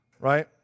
right